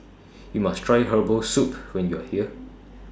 YOU must Try Herbal Soup when YOU Are here